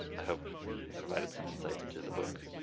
i hope it provided some insight into the book.